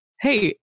hey